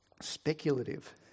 speculative